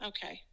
Okay